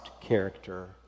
character